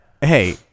Hey